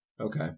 Okay